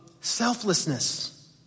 selflessness